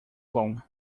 bom